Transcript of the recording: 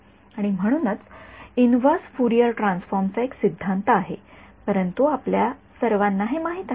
आणि म्हणूनच inverse Fourier transform चा एक सिद्धांत आहे परंतु आपल्या सर्वांना हे माहित आहे